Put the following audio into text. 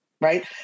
right